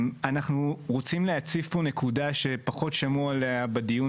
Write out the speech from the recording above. אנחנו רוצים להציף פה נקודה שפחות שמעו עליה בדיון